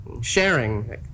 Sharing